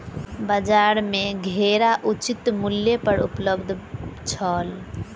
बजार में घेरा उचित मूल्य पर उपलब्ध छल